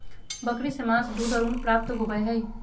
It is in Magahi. बकरी से मांस, दूध और ऊन प्राप्त होबय हइ